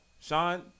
Sean